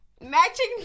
Matching